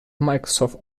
microsoft